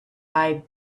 eyed